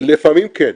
לפעמים כן.